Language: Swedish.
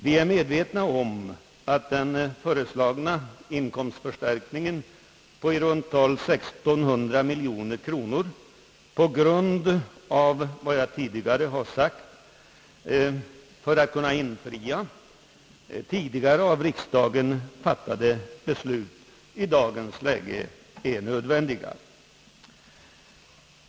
Vi har klart för oss att den begärda inkomstförstärkningen på i runt tal 1600 miljoner kronor i dagens läge är nödvändig för att riksdagens tidigare fattade beslut skall kunna genomföras, såsom jag redan har nämnt.